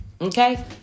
Okay